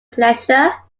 pleasure